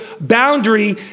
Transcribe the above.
boundary